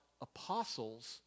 apostles